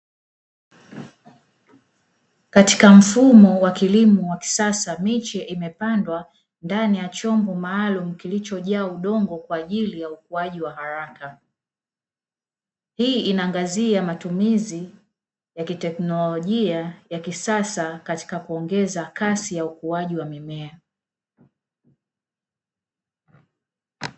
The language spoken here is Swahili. katika mfumo wa kilimo cha kisasa miche imepandwa ndani ya chombo maalumu kilicho jaa udongo kwa ajili ya ukuaji wa haraka hii inaangazia matumizi ya kiteknolojia ya kisasa katika kuongeza kasi ya ukuaji wa mimea